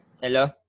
Hello